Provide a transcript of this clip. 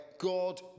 God